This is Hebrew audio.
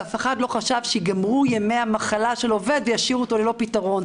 ואף אחד לא חשב שייגמרו ימי המחלה של עובד וישאירו אותו ללא פתרון.